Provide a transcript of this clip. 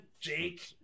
Jake